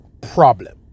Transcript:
problem